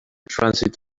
transit